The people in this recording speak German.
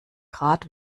grad